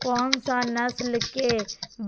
कौन सा नस्ल के